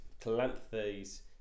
Calanthe's